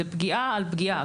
זה פגיעה על פגיעה.